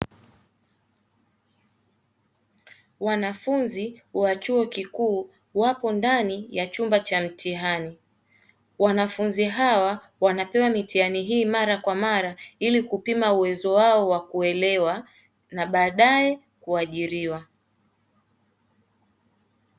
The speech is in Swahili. Wanafunzi wa chuo kikuu wapo ndani ya chumba cha mtihani, wanafunzi hawa wanapewa mitihani hii mara kwa mara ili kupima uwezo wao wa kuelewa na baadaye kuajiriwa.